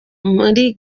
muri